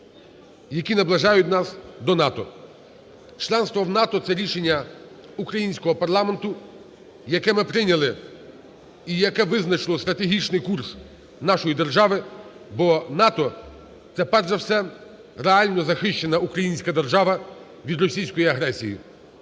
які наближають нас до НАТО. Членство в НАТО – це рішення українського парламенту, яке ми прийняли і яке визначило стратегічний курс нашої держави, бо НАТО – це перш за все реально захищена українська держава від російської агресії.